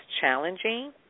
challenging